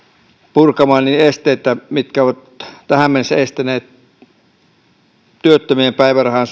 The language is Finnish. purkamaan esteitä jotka ovat tähän mennessä estäneet työttömien päivärahan